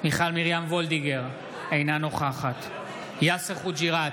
מיכל מרים וולדיגר, אינה נוכחת יאסר חוג'יראת,